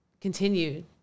continued